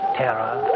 terror